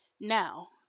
Now